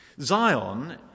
Zion